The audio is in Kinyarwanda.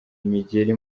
imigeri